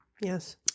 Yes